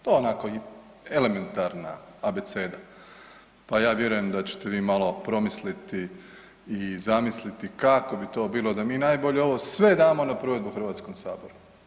To onako i elementarna abeceda, pa ja vjerujem da ćete vi malo promisliti i zamisliti kako bi to bilo da mi najbolje ovo sve damo na provedbu Hrvatskom saboru.